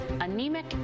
anemic